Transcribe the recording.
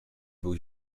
był